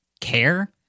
care